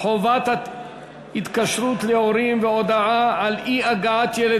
חובת התקשרות להורים והודעה על אי-הגעת ילד